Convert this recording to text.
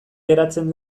geratzen